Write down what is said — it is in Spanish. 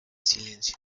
silencio